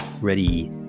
Ready